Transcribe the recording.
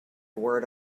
word